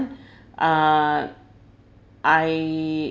uh I